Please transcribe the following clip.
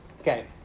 Okay